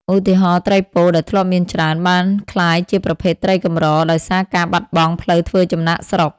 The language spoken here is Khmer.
ឧទាហរណ៍ ត្រីពោដែលធ្លាប់មានច្រើន បានក្លាយជាប្រភេទត្រីកម្រ ដោយសារការបាត់បង់ផ្លូវធ្វើចំណាកស្រុក។